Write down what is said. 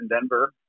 denver